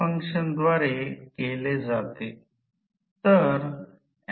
मागे पडणार्या उर्जासाठी हे चिन्ह असावे आणि पॉवर फॅक्टर साइन साठी अग्रणी चिन्ह असावे तर ही एक गोष्ट आहे